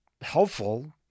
helpful